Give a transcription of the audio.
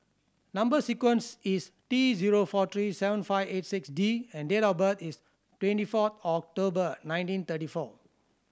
number sequence is T zero four three seven five eight six D and date of birth is twenty four October nineteen thirty four